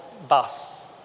Bus